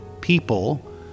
people